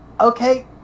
okay